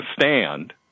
stand